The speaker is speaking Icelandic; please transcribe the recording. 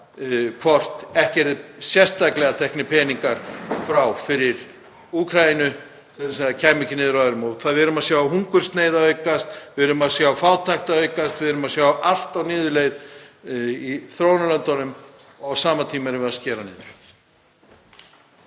hvort ekki yrðu sérstaklega teknir peningar frá fyrir Úkraínu til að það kæmi ekki niður á öðrum. Við erum að sjá hungursneyð aukast, við erum að sjá fátækt aukast, við erum að sjá allt á niðurleið í þróunarlöndunum en á sama tíma erum við að skera niður.